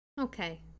Okay